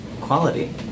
quality